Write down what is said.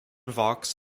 vox